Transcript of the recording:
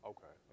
Okay